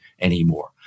anymore